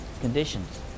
conditions